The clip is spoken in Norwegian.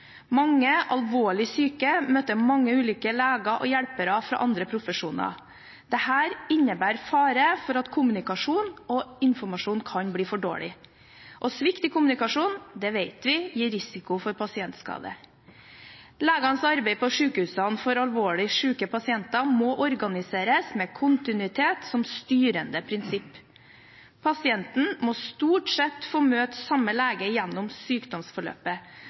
Mange alvorlig syke møter mange ulike leger og hjelpere fra andre profesjoner. Dette innebærer fare for at kommunikasjon og informasjon kan bli for dårlig, og svikt i kommunikasjon vet vi gir risiko for pasientskade. Legenes arbeid på sykehusene med alvorlig syke pasienter må organiseres med kontinuitet som styrende prinsipp. Pasienten må stort sett få møte samme lege gjennom sykdomsforløpet.